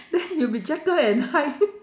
then you'll be jekyll and hyde